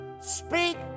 speak